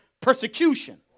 persecution